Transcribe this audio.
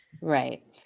right